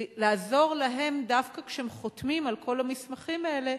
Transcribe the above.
לעזור להם דווקא כשהם חותמים על כל המסמכים האלה,